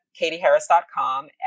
katieharris.com